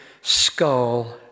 skull